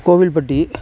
Kovilpatti